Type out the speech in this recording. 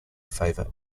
favor